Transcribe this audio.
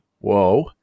whoa